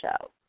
show